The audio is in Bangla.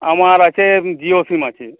আমার আছে জিও সিম আছে